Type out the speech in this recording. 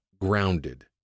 grounded